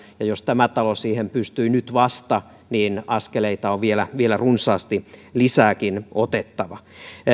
ja jos tämä talo siihen pystyy nyt vasta niin askeleita on vielä vielä runsaasti lisääkin otettava